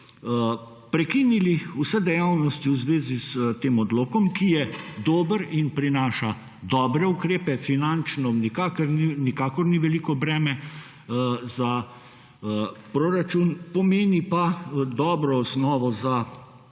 prekinili vse dejavnosti v zvezi s tem odlokom, ki je dober in prinaša dobre ukrepe. Finančno nikakor ni veliko breme za proračun, pomeni pa dobro osnovo za